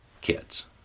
kids